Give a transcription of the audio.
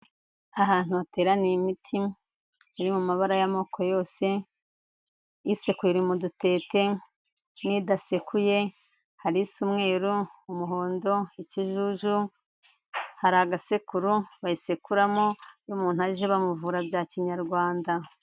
Ahantu hateraniye imiti iri mu mabara y'amoko yose, isekuye iri mu dutete n'idasekuye, hari isa umweru, umuhondo, ikijuju, hari agasekuru bayisekuramo n'umuntu aje bamuvura bya kinyarwanda.